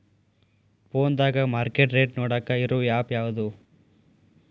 ಫೋನದಾಗ market rate ನೋಡಾಕ್ ಇರು ಆ್ಯಪ್ ಯಾವದು?